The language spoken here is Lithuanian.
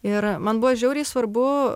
ir man buvo žiauriai svarbu